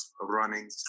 running